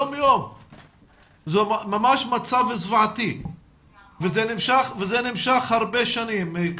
זה ממש מצב זוועתי וזה נמשך הרבה שנים.